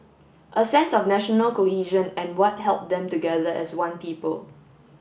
a sense of national cohesion and what held them together as one people